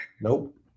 Nope